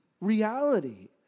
reality